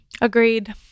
Agreed